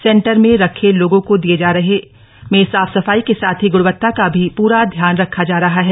centre में रख लोगों को दिय जा रह में साफ सफाई का साथ ही ग्णवता का भी पूरा ध्यान रखा जा रहा है